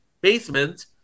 basement